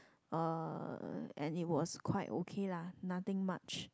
uh and it was quite okay lah nothing much